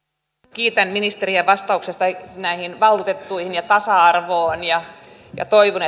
kiitän ministeriä vastauksesta näihin valtuutettuihin ja tasa arvoon ja ja toivon